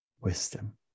wisdom